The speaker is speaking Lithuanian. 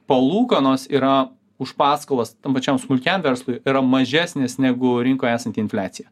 palūkanos yra už paskolas tam pačiam smulkiam verslui yra mažesnis negu rinkoje esanti infliacija